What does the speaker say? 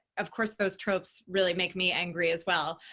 of course, those tropes really make me angry as well.